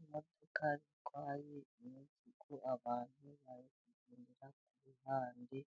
Imodoka zitwaye imizigo abantu bari kugenda kuruhande